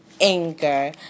Anger